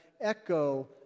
echo